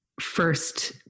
first